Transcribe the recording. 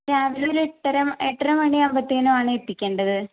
രാവിലെ ഒരു എട്ടര എട്ടര മണി ആവുമ്പോഴത്തേനും ആണ് എത്തിക്കേണ്ടത്